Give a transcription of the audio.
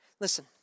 Listen